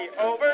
over